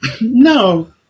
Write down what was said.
No